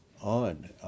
on